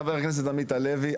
חבר הכנסת עמית הלוי,